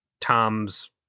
Tom's